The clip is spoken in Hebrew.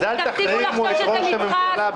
תפסיקו --- את המשחק.